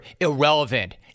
irrelevant